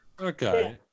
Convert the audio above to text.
Okay